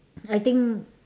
I think